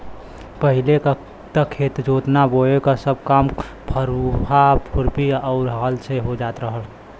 पहिले त खेत जोतना बोये क सब काम फरुहा, खुरपी आउर हल से हो जात रहल